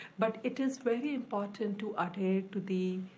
but it is very important to adhere to the